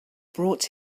brought